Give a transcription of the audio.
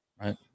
Right